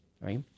right